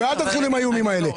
אל תתחיל עם האיומים האלה.